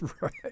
Right